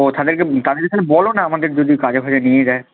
ও তাদেরকে তাদেরকে তাহলে বলো না আমাদেরকে যদি কাজে ফাজে নিয়ে যায়